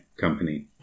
company